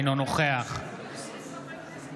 אינו נוכח מיכאל